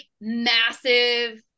massive